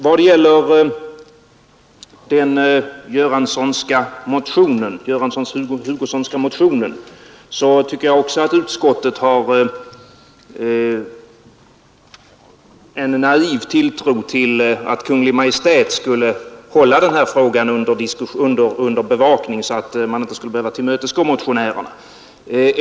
Vad gäller den Hugosson —-Göranssonska motionen tycker jag också att utskottet har en naiv tilltro till att Kungl. Maj:t skulle hålla den här frågan under bevakning, så att man inte skulle behöva tillmötesgå motionärerna.